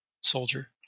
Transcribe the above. soldier